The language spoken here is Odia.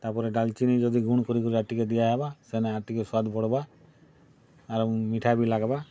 ତା'ର୍ପରେ ଡ଼ାଲ୍ଚିନି ଯଦି ଗୁଣ୍ଡ୍ କରିକରା ଟିକେ ଦିଆହେବା ସେନେ ଆର୍ ଟିକେ ସ୍ୱାଦ୍ ବଢ଼୍ବା ଆରୁ ମିଠା ବି ଲାଗ୍ବା